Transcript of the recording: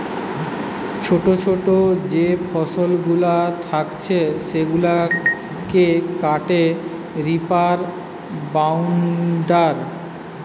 ছোটো ছোটো যে ফসলগুলা থাকছে সেগুলাকে কাটে রিপার বাইন্ডার